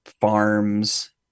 farms